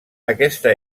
aquesta